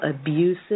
abusive